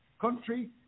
country